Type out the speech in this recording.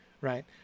right